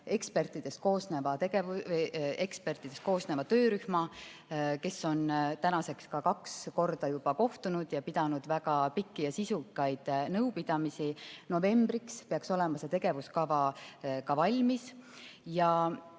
ekspertidest koosneva töörühma, kes on tänaseks kaks korda juba kohtunud ja pidanud väga pikki ja sisukaid nõupidamisi. Novembriks peaks see tegevuskava valmis